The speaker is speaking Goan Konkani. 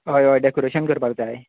हय हय डेकोरेशन करपाक जाय